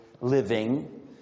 living